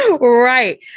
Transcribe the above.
Right